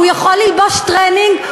הוא יכול ללבוש טרנינג,